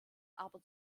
aber